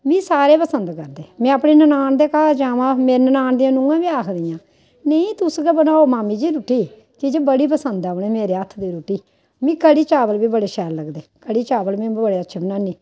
मी सारे पसंद करदे में अपनी ननान दे घर जावां मेरी ननान दियां नुहां बी आखदियां नेईं तुस गै बनाओ मामी जी रुट्टी की जे बड़ी पसंद ऐ उ'नें गी मेरे हत्थ दी रुट्टी मी कढ़ी चावल बी बड़े शैल लगदे कड़ी चावल में बड़े अच्छे बनान्नीं